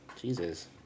jesus